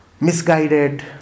misguided